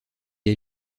est